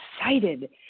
excited